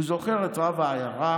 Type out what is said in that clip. הוא זוכר את רב העיירה,